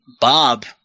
Bob